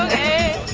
a